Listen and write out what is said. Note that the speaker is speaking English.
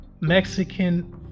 Mexican